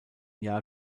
jahr